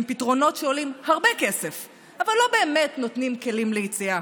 פתרונות שעולים הרבה כסף אבל לא באמת נותנים כלים ליציאה.